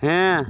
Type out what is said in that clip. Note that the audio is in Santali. ᱦᱮᱸ